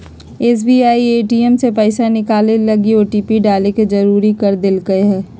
SBI ATM से पैसा निकलैय लगी ओटिपी डाले ले जरुरी कर देल कय हें